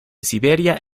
siberia